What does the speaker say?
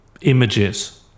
images